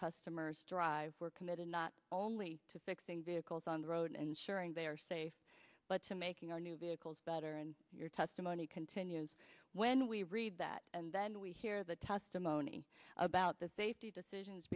customers drive we're committed not only to fixing vehicles on the road and sharing they are safe but to making our new vehicles better and your testimony continues when we read that and then we hear the testimony about the safety decisions